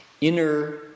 inner